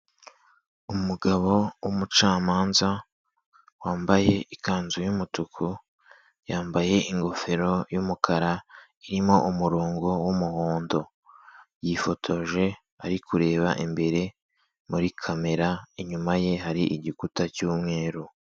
Umugabo w'umucamanza, wambaye ikanzu y'umutuku, yambaye ingofero y'umukara irimo umurongo w'umuhondo, yifotoje ari kureba imbere muri kamera, inyuma ye hari igikuta cyumweru.